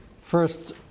first